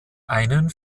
einen